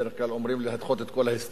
בדרך כלל אומרים לדחות את כל ההסתייגויות.